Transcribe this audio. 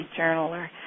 journaler